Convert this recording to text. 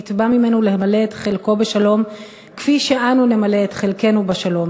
נתבע ממנו למלא את חלקו בשלום כפי שאנו נמלא את חלקנו בשלום,